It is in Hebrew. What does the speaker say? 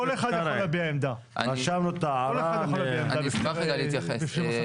אני אשמח רגע להתייחס.